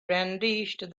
brandished